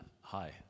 Hi